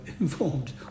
informed